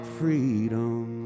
freedom